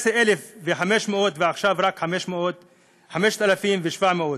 18,000, ועכשיו רק 5,700,